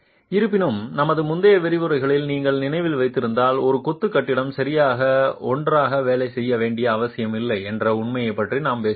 இருப்பினும் நமது முந்தைய விரிவுரைகளில் நீங்கள் நினைவில் வைத்திருந்தால் ஒரு கொத்து கட்டிடம் சரியாக ஒன்றாக வேலை செய்ய வேண்டிய அவசியமில்லை என்ற உண்மையைப் பற்றி நாம் பேசியுள்ளோம்